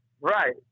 Right